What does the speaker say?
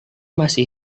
masih